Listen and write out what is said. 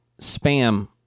spam